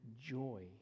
joy